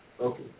Okay